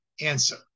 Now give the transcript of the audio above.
answer